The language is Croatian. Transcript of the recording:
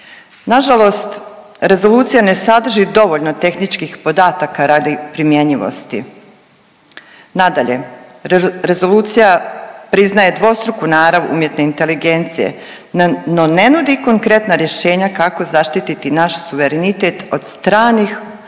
Nažalost rezolucija ne sadrži dovoljno tehničkih podataka radi primjenjivosti. Nadalje, rezolucija priznaje dvostruku narav umjetne inteligencije no ne nudi konkretna rješenja kako zaštititi naš suverenitet od stranih